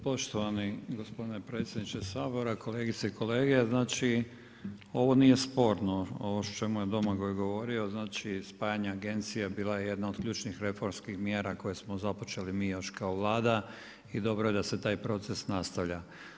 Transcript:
Poštovani gospodine predsjedniče Sabora, kolegice i kolege, znači ovo nije sporno ovo o čemu je Domagoj govorio, znači spajanje agencija bila je jedna od ključnih reformskih mjera koje smo započeli mi još kao Vlada i dobro je da se taj proces nastavlja.